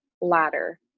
ladder